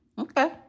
Okay